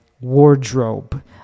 wardrobe